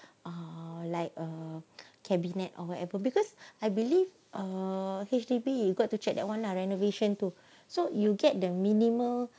like uh the cabinet or whatever because I believe uh H_D_B you got to check that one lah renovation too so you get the minimal